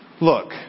Look